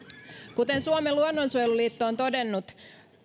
kuten suomen luonnonsuojeluliitto on todennut